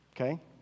Okay